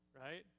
right